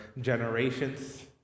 generations